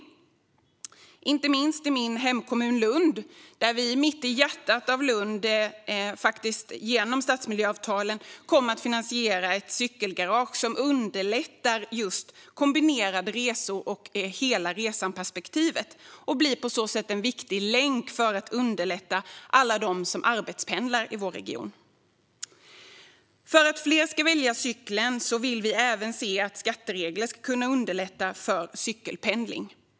Det gäller inte minst min hemkommun Lund, där vi mitt i hjärtat av staden genom stadsmiljöavtalen kommer att finansiera ett cykelgarage som underlättar kombinerade resor och hela-resan-perspektivet och på så sätt blir en viktig länk för att underlätta för alla dem som arbetspendlar i vår region. För att fler ska välja cykeln vill vi även se att skatteregler ska kunna underlätta för cykelpendling.